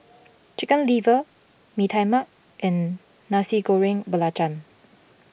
Chicken Liver Mee Tai Mak and Nasi Goreng Belacan